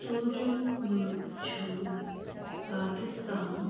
ژوٗرم مُلک چھُ پاکستان